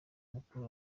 mukuru